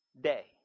day